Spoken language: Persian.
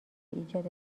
ایجاد